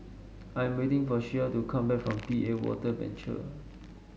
I am waiting for Shea to come back from P A Water Venture